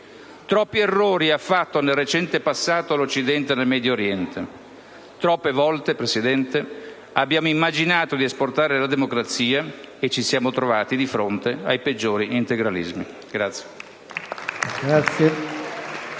Troppi errori ha fatto, nel recente passato, l'Occidente nel Medio Oriente. Troppe volte, signor Presidente, abbiamo immaginato di esportare la democrazia e ci siamo trovati di fronte ai peggiori integralismi.